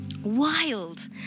wild